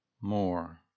more